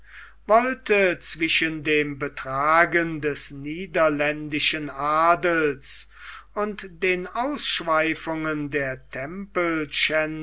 wollte zwischen dem betragen des niederländischen adels und den ausschweifungen der